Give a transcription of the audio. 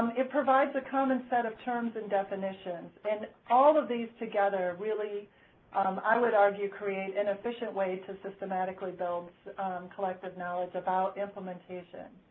um it provides a common set of terms and definitions, and all of these together, really i would argue create an efficient way to systematically build collective knowledge about implementation.